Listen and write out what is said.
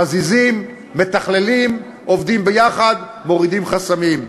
מזיזים, מתכללים, עובדים יחד, מורידים חסמים.